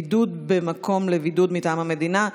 (בידוד במקום לבידוד מטעם המדינה),